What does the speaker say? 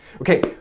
Okay